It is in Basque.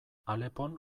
alepon